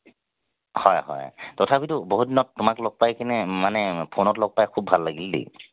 হয় হয় তথাপিতো বহুত দিনত তোমাক লগ পাই কিনে মানে ফোনত লগ পাই খুব ভাল লাগিল দেই